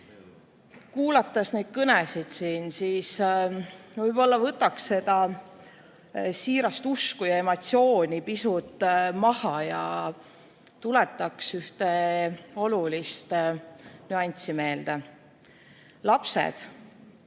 Kuulates siin neid kõnesid, ma võib-olla võtaks seda siirast usku ja emotsiooni pisut maha ja tuletaks ühte olulist nüanssi meelde. Lapsed